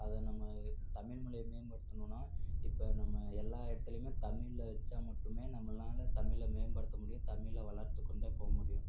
அத நம்ம தமிழ்மொலிய மேம்படுத்தணுன்னால் இப்போ நம்ம எல்லா இடத்துலையுமே தமிழ்ல வச்சால் மட்டுமே நம்மளால தமிழை மேம்படுத்த முடியும் தமிழை வளர்த்து கொண்டே போகமுடியும்